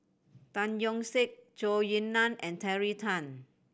Tan Yeok Seong Zhou Ying Nan and Terry Tan